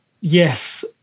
Yes